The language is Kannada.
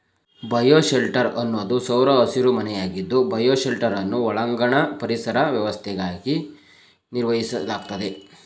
ಬಯೋಶೆಲ್ಟರ್ ಅನ್ನೋದು ಸೌರ ಹಸಿರುಮನೆಯಾಗಿದ್ದು ಬಯೋಶೆಲ್ಟರನ್ನು ಒಳಾಂಗಣ ಪರಿಸರ ವ್ಯವಸ್ಥೆಯಾಗಿ ನಿರ್ವಹಿಸಲಾಗ್ತದೆ